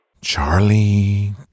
Charlie